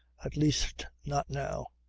at least not now.